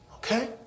Okay